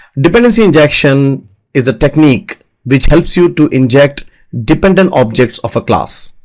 dependency injection is a technique which helps you to inject dependent objects of a class.